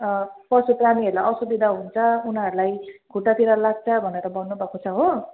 पशु प्राणीहरूलाई असुविधा हुन्छ उनीहरूलाई खुट्टातिर लाग्छ भनेर भन्नु भएको छ हो